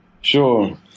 Sure